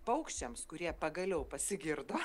paukščiams kurie pagaliau pasigirdo